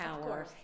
power